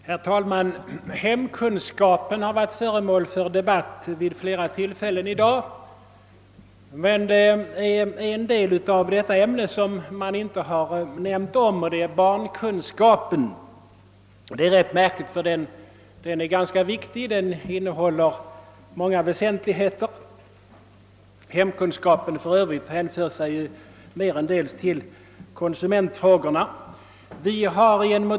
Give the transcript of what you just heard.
Herr talman! Hemkunskapen har varit föremål för debatt vid flera tillfällen i dag, men en del av detta ämne har inte berörts i nämnvärd utsträckning, nämligen barnkunskapen. Det är rätt märkligt, ty den är ganska viktig, och den innehåller många väsentligheter. Hemkunskapen för övrigt hänför sig merendels till konsumentfrågorna.